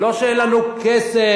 לא שאין לנו כסף,